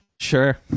Sure